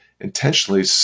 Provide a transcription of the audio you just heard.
intentionally